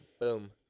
Boom